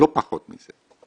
לא פחות מזה.